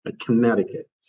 Connecticut